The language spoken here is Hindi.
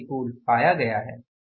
यह प्रतिकूल पाया गया है